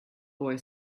boy